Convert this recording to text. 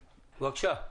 פרינץ, בבקשה.